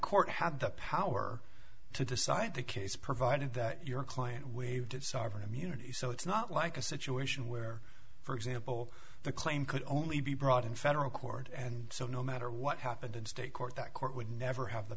court had the power to decide the case provided that your client waived its sovereign immunity so it's not like a situation where for example the claim could only be brought in federal court and so no matter what happened in state court that court would never have the